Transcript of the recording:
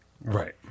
Right